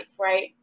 right